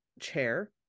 chair